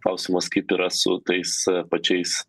klausimas kaip yra su tais pačiais